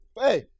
Hey